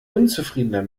unzufriedener